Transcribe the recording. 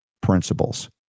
principles